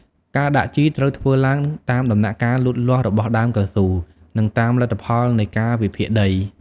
ការដាក់ជីត្រូវធ្វើឡើងតាមដំណាក់កាលលូតលាស់របស់ដើមកៅស៊ូ និងតាមលទ្ធផលនៃការវិភាគដី។